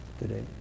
today